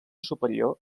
superior